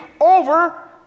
over